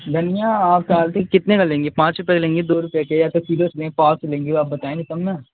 धनिया आप कितने का लेंगी पाँच रुपए का लेंगी दो रुपए के या फिर किलो से लेंगी पांव से लेंगी आप बताएंगी तब न